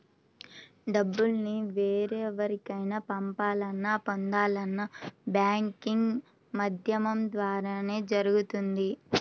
డబ్బుల్ని వేరెవరికైనా పంపాలన్నా, పొందాలన్నా బ్యాంకింగ్ మాధ్యమం ద్వారానే జరుగుతుంది